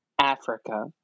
Africa